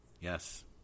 Yes